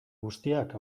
guztiak